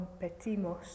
competimos